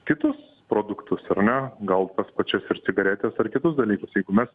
kitus produktus ar ne gal tas pačias ir cigaretes ar kitus dalykus jeigu mes